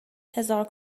هزار